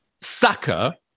Saka